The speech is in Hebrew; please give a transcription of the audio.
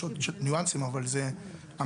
יש עוד ניואנסים אבל זה המיינסטרים.